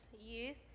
youth